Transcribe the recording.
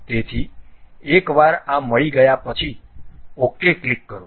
તેથી એકવાર આ મળી ગયા પછી OK ક્લિક કરો